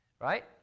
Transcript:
Right